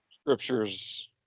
Scripture's